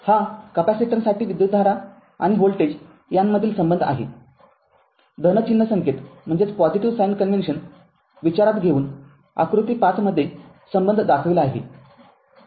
हा कॅपेसिटरसाठी विद्युतधारा आणि व्होल्टेज यांमधील संबंध आहे धन चिन्ह संकेत विचारात घेऊन आकृती ५ मध्ये संबंध दाखविला आहे